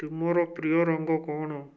ତୁମର ପ୍ରିୟ ରଙ୍ଗ କ'ଣ